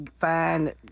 find